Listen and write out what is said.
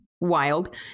wild